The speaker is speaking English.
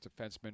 defenseman